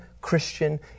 Christian